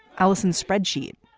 alison spreadsheet.